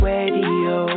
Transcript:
Radio